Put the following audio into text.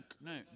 No